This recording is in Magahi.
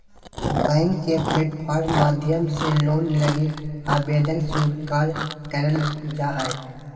बैंक के प्लेटफार्म माध्यम से लोन लगी आवेदन स्वीकार करल जा हय